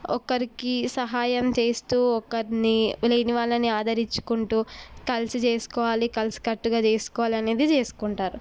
ఒకరికి సహాయం చేస్తూ ఒకరిని లేని వాళ్ళని ఆదరించుకుంటూ కలిసి చేసుకోవాలి కలిసికట్టుగా చేసుకోవాలని అనేది చేసుకుంటారు